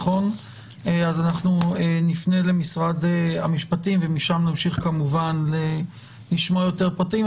אז אנחנו נפנה למשרד המשפטים ומשם נמשיך לשמוע יותר פרטים.